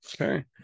Okay